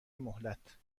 مهلت